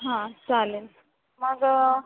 हां चालेल मग